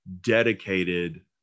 dedicated